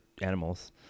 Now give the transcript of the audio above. animals